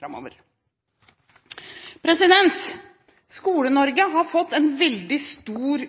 framover og investere. Skole-Norge har fått en veldig stor